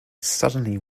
suddenly